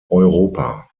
europa